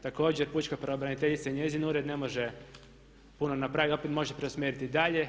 Također pučka pravobraniteljica i njezin ured ne može puno napraviti, opet može preusmjeriti dalje.